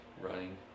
running